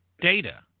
data